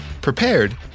prepared